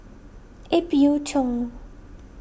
Ip Yiu Tung